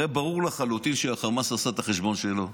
הרי ברור לחלוטין שהחמאס עשה את החשבון שלו.